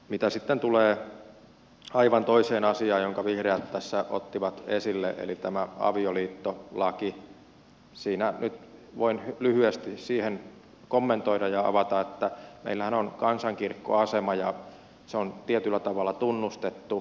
mitä sitten tulee aivan toiseen asiaan jonka vihreät tässä ottivat esille eli tähän avioliittolakiin niin nyt voin lyhyesti siihen kommentoida ja avata että meillähän on kansankirkkoasema ja se on tietyllä tavalla tunnustettu